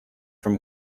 from